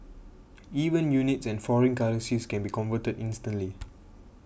even units and foreign currencies can be converted instantly